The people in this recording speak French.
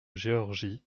georgie